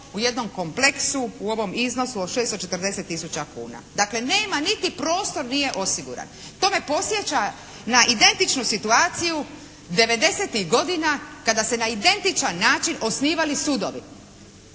u jednom kompleksu u ovom iznosu od 640 tisuća kuna. Dakle, nema niti prostor nije osiguran. To me podsjeća na identičnu situaciju '90.-tih godina kada se na identičan način osnivali sudovi.